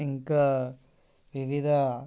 ఇంకా వివిధ